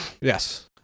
yes